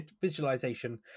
visualization